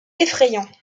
effrayant